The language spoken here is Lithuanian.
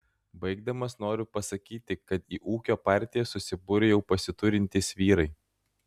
baigdamas noriu pasakyti kad į ūkio partiją susibūrė jau pasiturintys vyrai